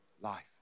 life